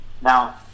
Now